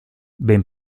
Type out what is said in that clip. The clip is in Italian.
ben